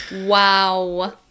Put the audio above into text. Wow